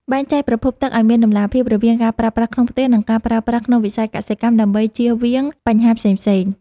បែងចែកប្រភពទឹកឱ្យមានតម្លាភាពរវាងការប្រើប្រាស់ក្នុងផ្ទះ និង ការប្រើប្រាស់ក្នុងវិស័យកសិកម្មដើម្បីជៀសវាងបញ្ហាផ្សេងៗ។